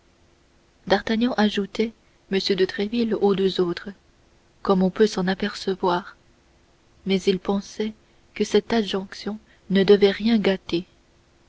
d'artagnan ajoutait m de tréville aux deux autres comme on peut s'en apercevoir mais il pensait que cette adjonction ne devait rien gâter